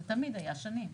זה תמיד היה, שנים.